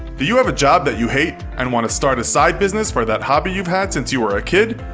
do you have a job that you hate and want to start a side business for that hobby you've had since you were a kid?